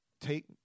Take